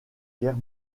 guerre